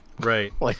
Right